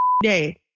day